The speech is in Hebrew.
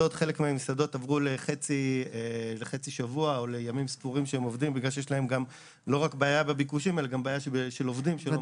חלק מהמסעדות עבדו לעבור חצי שבוע כי יש בעיה של עובדים.